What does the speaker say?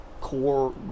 core